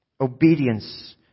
obedience